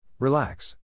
Relax